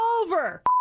over